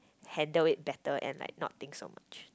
handled it better and like not think so much